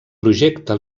projecte